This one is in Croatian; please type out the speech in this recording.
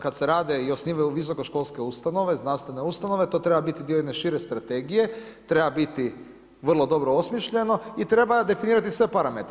Kad se rade i osnivaju visokoškolske ustanove, znanstvene ustanove, to treba biti dio jedne šire strategije, treba biti vrlo dobro osmišljeno i treba definirati sve parametre.